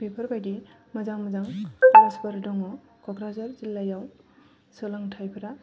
बेफोरबायदि मोजां मोजां कलेजफोर दं क'क्राझार जिल्लायाव सोलोंथायफ्रा